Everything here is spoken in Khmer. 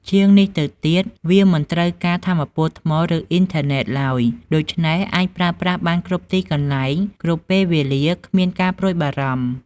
ជាងនេះទៅទៀត វាមិនត្រូវការថាមពលថ្ម ឬអ៊ីនធឺណេត ឡើយ ដូច្នេះអាចប្រើប្រាស់បានគ្រប់ទីកន្លែង គ្រប់ពេលវេលាដោយគ្មានការព្រួយបារម្ភ។